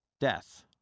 death